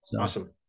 Awesome